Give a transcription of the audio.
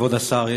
כבוד השר,